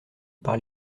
par